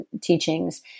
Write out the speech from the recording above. teachings